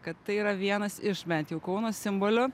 kad tai yra vienas iš bent jau kauno simbolių